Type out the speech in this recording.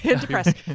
depressed